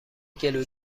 گلو